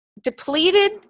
Depleted